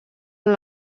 amb